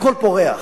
הכול פורח.